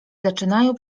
zaczynają